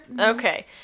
Okay